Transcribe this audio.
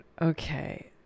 Okay